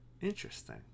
interesting